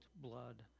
blood